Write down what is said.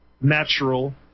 natural